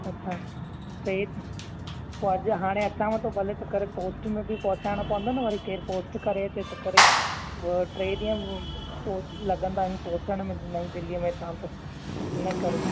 अच्छा टे ॾींहुं पोइ हाणे अचांव थो भले त करे पोस्ट में बि पहुचाइणो पवंदो वरी केर पोस्ट करे अचे चेक करे पोइ टे ॾींहुं पोस्ट लॻंदा हिन पहुचण में नई दिल्लीअ में त फिर हिन करे